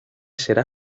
será